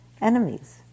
enemies